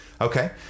Okay